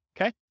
okay